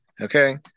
okay